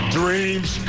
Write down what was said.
dreams